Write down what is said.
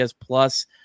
plus